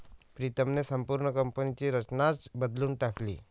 प्रीतमने संपूर्ण कंपनीची रचनाच बदलून टाकली